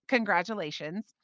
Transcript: Congratulations